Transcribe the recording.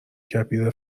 کبیر